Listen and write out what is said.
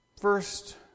first